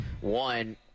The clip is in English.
one